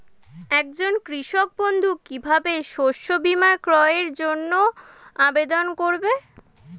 একজন কৃষক বন্ধু কিভাবে শস্য বীমার ক্রয়ের জন্যজন্য আবেদন করবে?